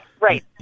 Right